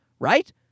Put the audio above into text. Right